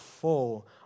full